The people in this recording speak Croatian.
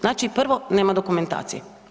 Znači, prvo nema dokumentacije.